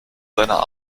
seiner